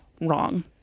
wrong